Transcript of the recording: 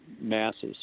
masses